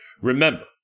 Remember